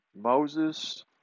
Moses